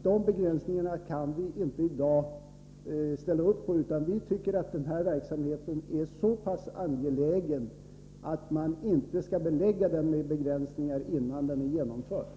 De begränsningarna kan vi inte i dag ställa upp på, utan vi tycker att den här verksamheten är så angelägen att man inte skall belägga den med begränsningar innan den är genomförd.